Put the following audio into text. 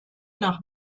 nach